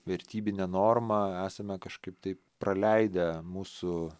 vertybinę normą esame kažkaip taip praleidę mūsų